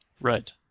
Right